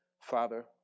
Father